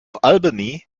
albany